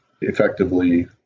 effectively